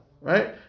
right